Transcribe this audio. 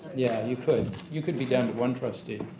yeah, you could. you could be down to one trustee.